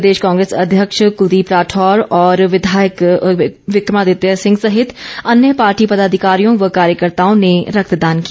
प्रदेश कांग्रेस अध्यक्ष कुलदीप राठौर और विधायक विक्रमादित्य सिंह सहित अन्यें पार्टी पदाधिकारियों व कार्यकर्ताओ ने रक्तदान किया